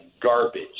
garbage